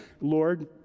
Lord